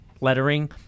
lettering